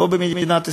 לא במדינת ישראל,